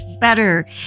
better